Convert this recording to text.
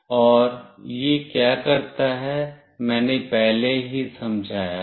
और यह क्या करता है मैंने पहले ही समझाया है